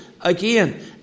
again